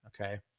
okay